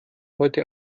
heute